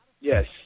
Yes